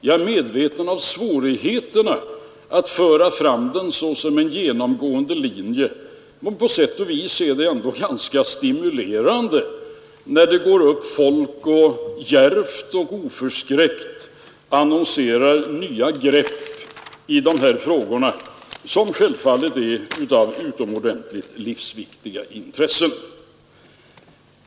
Jag är medveten om svårigheterna att föra fram den som en genomgående linje, men på sätt och vis är det ändå ganska stimulerande när folk går upp och djärvt och oförskräckt annonserar nya grepp i de här frågorna, som självfallet berör utomordentligt livsviktiga intressen.